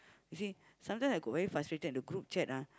you see sometime I got very frustrated in group chat ah